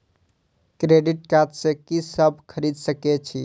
Credit card से की सब खरीद सकें छी?